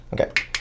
okay